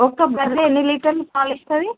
ఒక్క బర్రె ఎన్ని లీటర్లు పాలు ఇస్తుంది